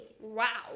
Wow